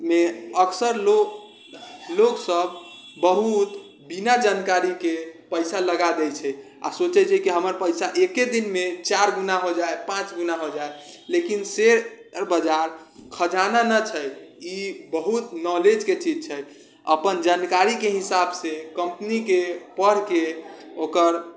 मे अक्सर लोकसब बहुत बिना जानकारीके पइसा लगा दै छै आओर सोचै छै कि हमर पइसा एक्के दिनमे चारि गुना हो जाएत पाँच गुना हो जाएत लेकिन शेयर बाजार खजाना नहि छै ई बहुत नौलेजके चीज छै अपन जानकारीके हिसाबसँ कम्पनीके पढ़िकऽ ओकर